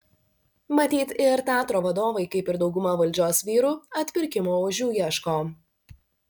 matyt ir teatro vadovai kaip ir dauguma valdžios vyrų atpirkimo ožių ieško